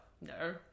no